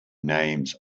names